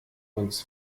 uns